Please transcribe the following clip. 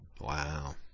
Wow